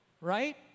Right